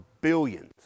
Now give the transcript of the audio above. billions